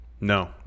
No